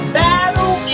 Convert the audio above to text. battle